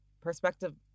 perspective